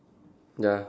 ya